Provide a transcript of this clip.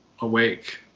awake